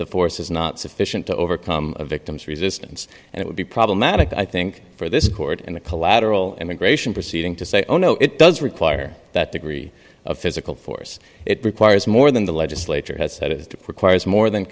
force is not sufficient to overcome a victim's resistance and it would be problematic i think for this court and the collateral immigration proceeding to say oh no it does require that degree of physical force it requires more than the legislature has said it requires more than